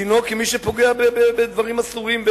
דינו כמי שפוגע בדברים אסורים,